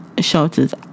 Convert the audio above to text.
shelters